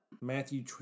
Matthew